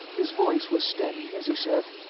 his voice was steady, as he said,